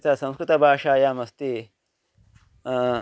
यथा संस्कृतभाषायामस्ति